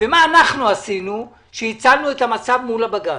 ומה אנחנו עשינו שהצלנו את המצב מול הבג"ץ.